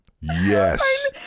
Yes